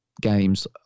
games